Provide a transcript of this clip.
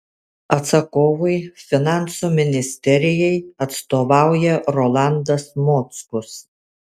atsakovui finansų ministerijai atstovauja rolandas mockus